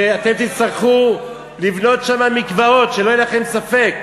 ואתם תצטרכו לבנות שם מקוואות, שלא יהיה לכם ספק.